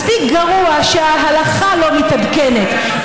מספיק גרוע שההלכה לא מתעדכנת,